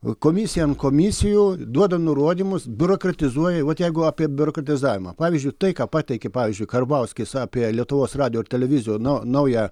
komisijąant komisijų duoda nurodymus biurokratizuoja vat jeigu apie biurokratizavimą pavyzdžiui tai ką pateikė pavyzdžiui karbauskis apie lietuvos radijo ir televiziją nu naują